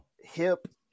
hip